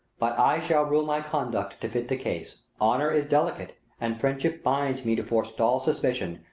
but i shall rule my conduct to fit the case. honour is delicate, and friendship binds me to forestall suspicion,